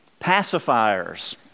Pacifiers